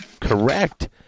correct